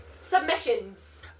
Submissions